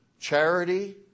Charity